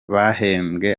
bahembwe